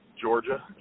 Georgia